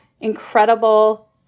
incredible